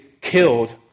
killed